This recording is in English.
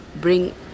bring